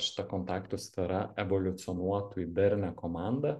šita kontaktų sfera evoliucionuotų į darnią komandą